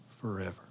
forever